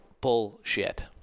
bullshit